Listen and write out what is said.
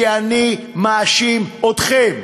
כי אני מאשים אתכם.